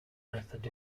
method